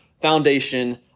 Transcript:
foundation